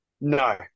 No